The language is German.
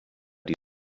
die